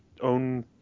own